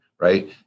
right